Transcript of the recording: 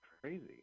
crazy